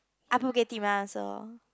ah Bukit-Timah also